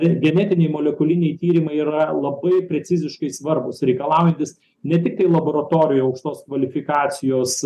genetiniai molekuliniai tyrimai yra labai preciziškai svarbūs reikalaujantys ne tiktai laboratorijoj aukštos kvalifikacijos